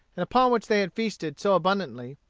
and upon which they had feasted so abundantly,